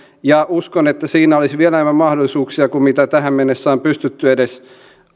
ja uskon että siinä olisi vielä enemmän mahdollisuuksia kuin tähän mennessä on pystytty edes